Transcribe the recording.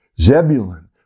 Zebulun